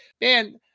man